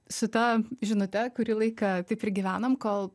su ta žinute kurį laiką taip ir gyvenom kol